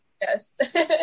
Yes